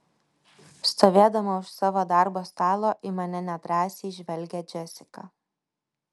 stovėdama už savo darbo stalo į mane nedrąsiai žvelgia džesika